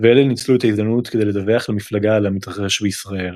ואלה ניצלו את ההזדמנות כדי לדווח למפלגה על המתרחש בישראל.